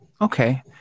okay